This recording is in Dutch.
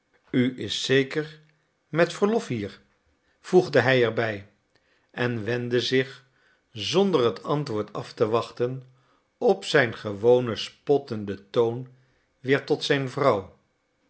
u is zeker met verlof hier voegde hij er bij en wendde zich zonder het antwoord af te wachten op zijn gewonen spottenden toon weer tot zijn vrouw